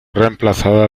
reemplazada